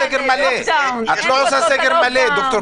לעסק שלו כדי לבצע תשלום שכר לעובדים